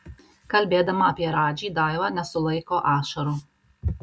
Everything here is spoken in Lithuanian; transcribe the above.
kalbėdama apie radži daiva nesulaiko ašarų